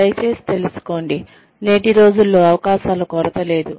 దయచేసి తెలుసుకోండి నేటి రోజుల్లో అవకాశాల కొరత లేదు